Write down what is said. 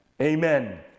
amen